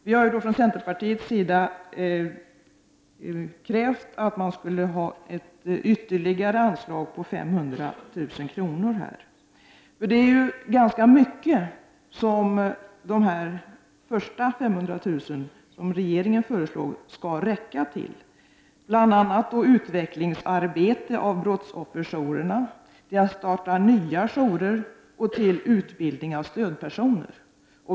Vi har från centerpartiets sida krävt ett anslag på ytterligare 500 000 kr., för det är ju ganska mycket som de första 500 000, som regeringen föreslår, skall räcka till, bl.a. till utvecklingsarbete i fråga om brottsofferjourerna, till att starta nya jourer och till utbildning av stödpersoner.